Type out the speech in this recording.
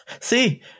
see